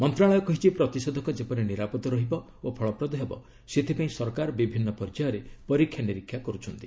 ମନ୍ତ୍ରଣାଳୟ କହିଛି ପ୍ରତିଷେଧକ ଯେପରି ନିରାପଦ ରହିବ ଓ ଫଳପ୍ରଦ ହେବ ସେଥିପାଇଁ ଏହାର ବିଭିନ୍ନ ପର୍ଯ୍ୟାୟରେ ପରୀକ୍ଷାନିରୀକ୍ଷା କରାଯାଉଛି